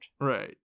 Right